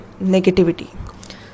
negativity